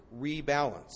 rebalance